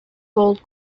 gold